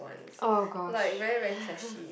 oh gosh